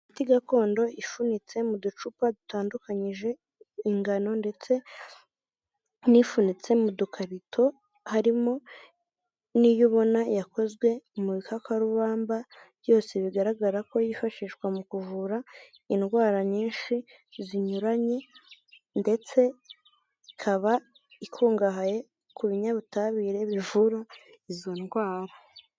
imiti gakondo ifunitse mu ducupa dutanduganyije ingano ndetse n'ifunitse mu dukarito, harimo n'iyo ubona yakozwe mu bikakarubamba byose bigaragara ko yifashishwa mu kuvura indwara nyinshi zinyuranye, ndetse ikaba ikungahaye ku binyabutabire bivura izo ndwara.